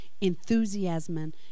enthusiasm